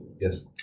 yes